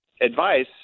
advice